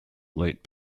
late